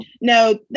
No